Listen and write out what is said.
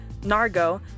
Nargo